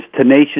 tenacious